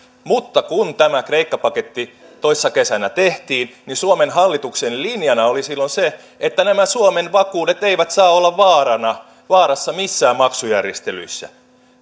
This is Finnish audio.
mutta kun tämä kreikka paketti toissa kesänä tehtiin suomen hallituksen linjana oli silloin se että nämä suomen vakuudet eivät saa olla vaarassa missään maksujärjestelyissä